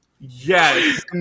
Yes